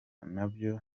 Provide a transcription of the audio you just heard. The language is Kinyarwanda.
nabyo